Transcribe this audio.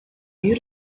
y’u